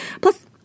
Plus